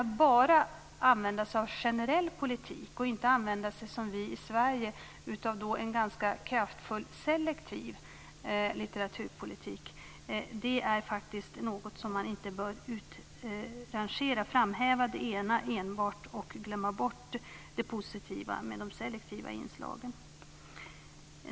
Att använda sig av bara en generell politik och inte som vi i Sverige av en ganska kraftfull selektiv litteraturpolitik är faktiskt något som man inte bör utrangera. Man skall inte framhäva enbart en generell politik och glömma bort det positiva med de selektiva inslagen.